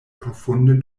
profunde